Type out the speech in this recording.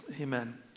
Amen